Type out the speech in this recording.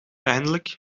eindelijk